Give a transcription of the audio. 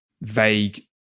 vague